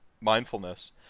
mindfulness